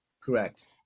Correct